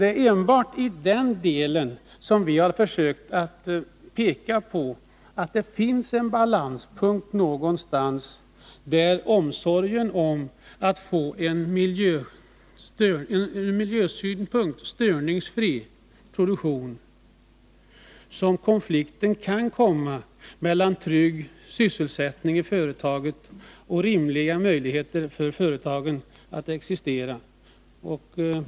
Det är enbart i det avseendet som vi har försökt peka på att det någonstans måste finnas en balanspunkt, där det i strävandena att få en ur miljösynpunkt störningsfri produktion kan uppstå en konflikt med kravet på en trygg sysselsättning i företagen och kravet på rimliga möjligheter för företagen att existera.